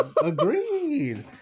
Agreed